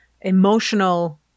emotional